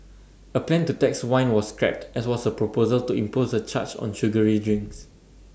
A plan to tax wine was scrapped as was A proposal to impose A charge on sugary drinks